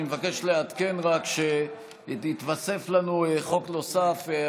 אני מבקש לעדכן רק שהתווסף לנו חוק נוסף לסדר-היום,